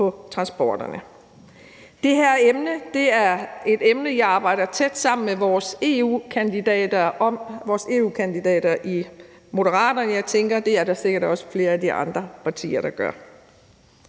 transporterne. Det her emne er et emne, som jeg arbejder tæt sammen med vores EU-kandidater i Moderaterne om, og jeg tænker, at det er der sikkert også flere af de andre partier der gør.